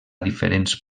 diferents